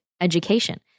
education